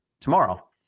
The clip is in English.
tomorrow